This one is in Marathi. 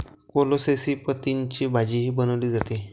कोलोसेसी पतींची भाजीही बनवली जाते